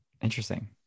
Interesting